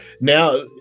now